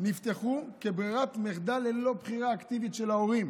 נפתחו כברירת מחדל ללא בחירה אקטיבית של ההורים.